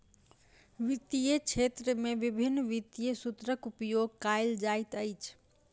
वित्तीय क्षेत्र में विभिन्न वित्तीय सूत्रक उपयोग कयल जाइत अछि